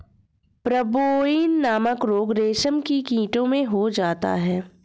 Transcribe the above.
pebrine नामक रोग रेशम के कीड़ों में हो जाता है